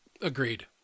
agreed